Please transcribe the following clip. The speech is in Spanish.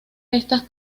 estas